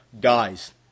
guys